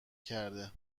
کرده